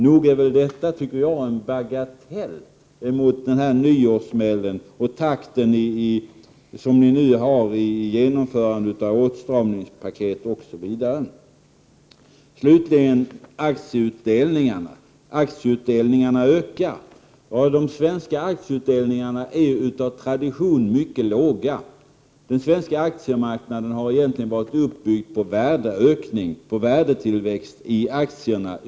Nog är väl detta, tycker jag, en bagatell jämfört med den nyårssmäll som den tillfälliga vinstskatten utgör och den takt i vilken ni nu genomför åtstramningspaket. Aktieutdelningarna ökar. Ja, de svenska aktieutdelningarna är av tradition mycket låga. Den svenska aktiemarknaden har egentligen varit uppbyggd på värdeökning, på värdetillväxt i aktierna.